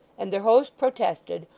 and their host protested,